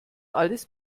alles